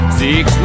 six